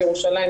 ירושלים,